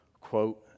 quote